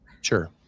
Sure